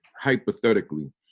hypothetically